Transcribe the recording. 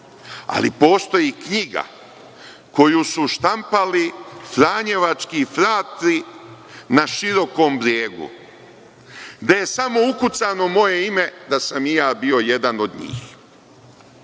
ali postoji knjiga koju su štampali Franjevački Fratri, na Širokom Brijegu, gde je samo ukucano moje ime da sam i ja bio jedan od njih